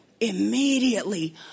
immediately